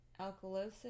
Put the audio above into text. alkalosis